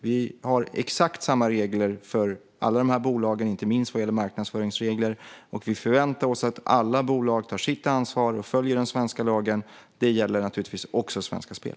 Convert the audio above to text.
Vi har exakt samma regler för alla dessa bolag, inte minst vad gäller marknadsföringsregler. Vi förväntar oss att alla bolag tar sitt ansvar och följer den svenska lagen. Detta gäller naturligtvis också Svenska Spel.